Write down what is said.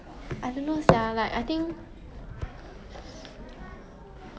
okay wait but for 狗你一回家它们会在 in your face that kind [one] sia they will like